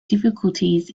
difficulties